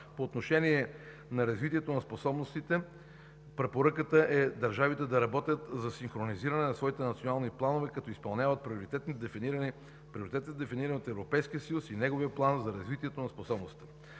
По отношение на развитието на способностите препоръката е държавите да работят за синхронизиране на своите национални планове, като изпълняват приоритети, дефинирани от Европейския съюз и неговия План за развитието на способностите.